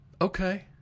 Okay